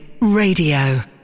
Radio